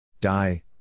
Die